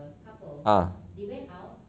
ah